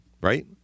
right